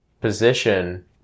position